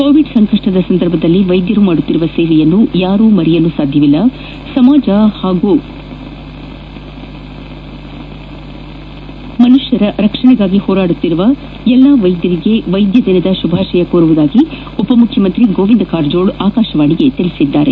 Covid ಸಂಕಷ್ಟದ ಸಂದರ್ಭದಲ್ಲಿ ವೈದ್ಯರು ಮಾಡುತ್ತಿರುವ ಸೇವೆಯನ್ನು ಯಾರು ಕೂಡಾ ಮರೆಯಲು ಸಾಧ್ಯವಿಲ್ಲ ಸಮಾಜ ಹಾಗೂ ಮನುಕುಲ ರಕ್ಷಣೆಗಾಗಿ ಹೋರಾಡುತ್ತಿರುವ ಎಲ್ಲ ವೈದ್ಯರಿಗೆ ವೈದ್ಯ ದಿನದ ಶುಭಾಶಯ ಕೋರುವುದಾಗಿ ಉಪ ಮುಖ್ಯಮಂತ್ರಿ ಗೋವಿಂದ ಕಾರಜೋಳ ಅಕಾಶವಾಣಿಗೆ ತಿಳಿಸಿದ್ದಾರೆ